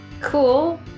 cool